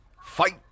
Fight